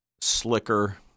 slicker